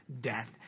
death